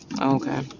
Okay